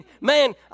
Man